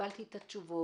קיבלתי את התשובות.